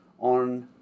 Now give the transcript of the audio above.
on